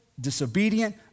disobedient